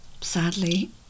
Sadly